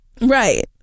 right